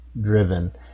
driven